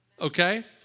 Okay